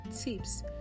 tips